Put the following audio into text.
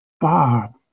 Bob